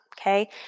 Okay